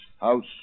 house